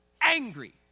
angry